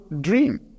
dream